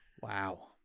Wow